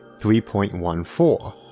3.14